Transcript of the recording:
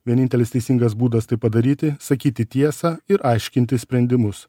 vienintelis teisingas būdas tai padaryti sakyti tiesą ir aiškinti sprendimus